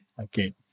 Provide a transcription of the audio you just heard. Okay